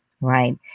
right